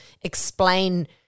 explain